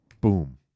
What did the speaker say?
boom